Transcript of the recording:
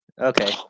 Okay